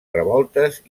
revoltes